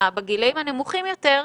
בגילאים הנמוכים יותר,